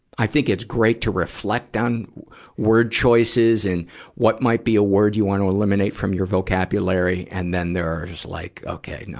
i think it's great to reflect on words choices and what might be a word you want to eliminate from your vocabulary. and then there's like, okay,